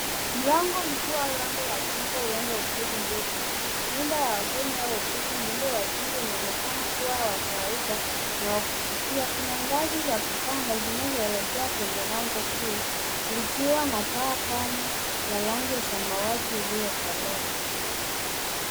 Mlango mkuu au lango la jengo, huenda la hoteli ndogo, nyumba ya wageni au ofisi. Muundo wa jengo unaonekana kuwa jengo wa kawaida na wa kuvutia. Kuna ngazi za kupanda zinazoelekea kwenye lango kuu likiwa na paa pana la rangi ya samawati iliyokolea.